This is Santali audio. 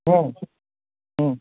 ᱦᱮᱸ ᱦᱮᱸ